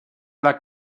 alla